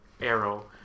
Arrow